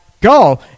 go